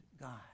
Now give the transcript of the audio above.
God